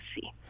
see